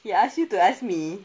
he asked you to ask me